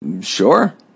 Sure